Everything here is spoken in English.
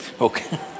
okay